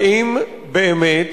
האם באמת